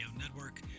Network